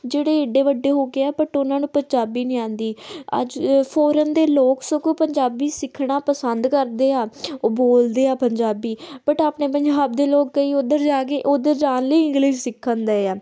ਜਿਹੜੇ ਇਡੇ ਵੱਡੇ ਹੋ ਗੇ ਆ ਬਟ ਉਹਨਾਂ ਨੂੰ ਪੰਜਾਬੀ ਨਹੀਂ ਆਉਂਦੀ ਅੱਜ ਅ ਫੋਰਨ ਦੇ ਲੋਕ ਸਗੋਂ ਪੰਜਾਬੀ ਸਿੱਖਣਾ ਪਸੰਦ ਕਰਦੇ ਆ ਉਹ ਬੋਲਦੇ ਆ ਪੰਜਾਬੀ ਬਟ ਆਪਣੇ ਪੰਜਾਬ ਦੇ ਲੋਕ ਕਈ ਉੱਧਰ ਜਾ ਕੇ ਉੱਧਰ ਜਾਣ ਲਈ ਇੰਗਲਿਸ਼ ਸਿੱਖਣਦੇ ਆ